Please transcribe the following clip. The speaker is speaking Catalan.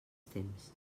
temps